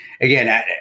again